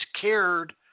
cared